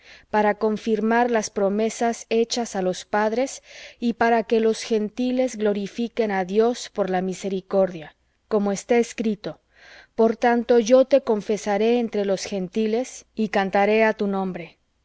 para confirmar las promesas á los padres y para que los gentiles glorifiquen á dios por la misericordia como está escrito por tanto yo te confesaré entre los gentiles y cantaré á tu nombre